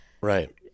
right